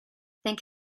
thank